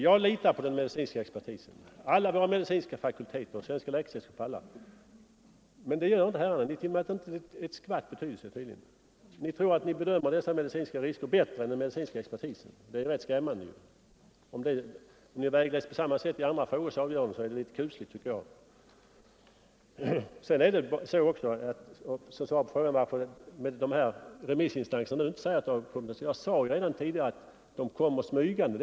Jag litar på den medicinska expertisen — alla våra medicinska fakulteter, Sveriges läkarförbund och andra — men det gör inte herrarna. Ni tillmäter tydligen inte dessa uttalanden ett skvatt betydelse. Ni tror att ni bedömer de medicinska riskerna bättre än den medicinska expertisen. Det är rätt skrämmande. Om ni reagerar på samma sätt vid andra frågors avgörande är det litet kusligt, tycker jag. Som svar på frågan varför remissinstanserna inte uttalar sig vill jag säga att dessa symtom kommer smygande.